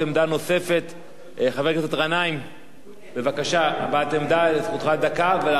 חבר הכנסת גנאים, בבקשה, הבעת עמדה.